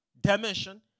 dimension